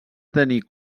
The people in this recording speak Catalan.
tenir